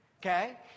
Okay